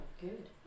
good